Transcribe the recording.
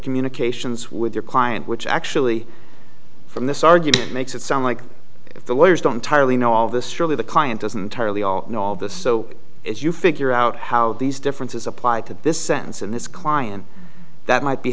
communications with your client which actually from this argument makes it sound like if the lawyers don't tiredly know all of this surely the client doesn't entirely all know all this so as you figure out how these differences apply to this sentence in this client that might be